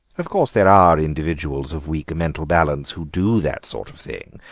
of course there are individuals of weak mental balance who do that sort of thing,